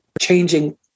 changing